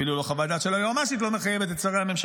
אפילו לא חוות דעת של היועמ"שית לא מחייבת את שרי הממשלה,